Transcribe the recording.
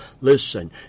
Listen